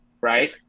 right